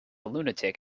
lunatic